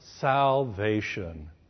salvation